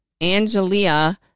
Angelia